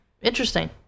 interesting